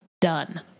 done